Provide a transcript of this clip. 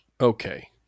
Okay